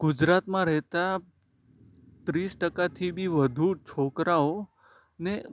ગુજરાતમાં રહેતા ત્રીસ ટકાથી બી વધુ છોકરાઓ